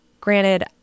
Granted